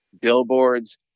billboards